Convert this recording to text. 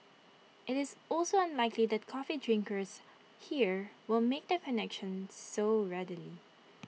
IT is also unlikely that coffee drinkers here will make the connection so readily